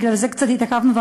בגלל זה קצת התעכבנו,